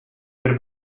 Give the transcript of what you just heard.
per